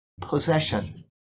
possession